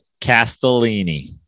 Castellini